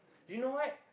you know what